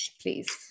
please